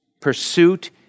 pursuit